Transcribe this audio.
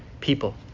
people